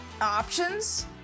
options